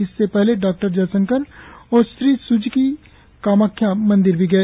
इससे पहले डॉक्टर जयशंकर और श्री स्ज्की कामाख्या मंदिर भी गए